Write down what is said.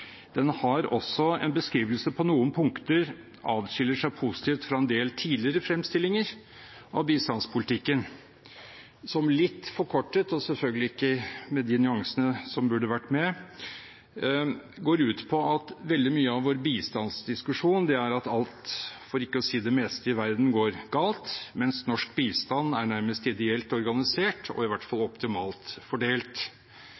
har en beskrivelse som på noen punkter adskiller seg positivt fra en del tidligere fremstillinger av bistandspolitikken, som – litt forkortet og selvfølgelig ikke med de nyansene som burde vært med – går ut på at veldig mye av vår bistandsdiskusjon er at alt, for ikke å si det meste i verden, går galt, mens norsk bistand er nærmest ideelt organisert og i hvert